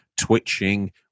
twitching